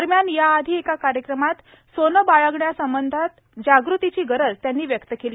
दरम्यान याआधी एका कार्यक्रमात सोन बाळगण्याबाबत जागृतीची गरज त्यांनी व्यक्त केली